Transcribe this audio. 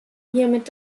hiermit